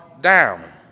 down